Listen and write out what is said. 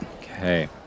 Okay